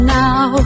now